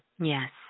Yes